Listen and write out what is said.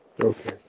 Okay